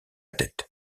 tête